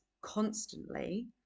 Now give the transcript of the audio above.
constantly